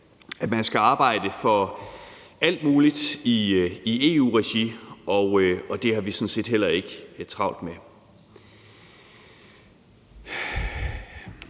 at den skal arbejde for alt muligt i EU-regi, og det har vi sådan set heller ikke travlt med.